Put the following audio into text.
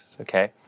Okay